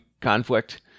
conflict